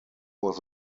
was